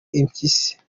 impyisi